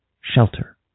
shelter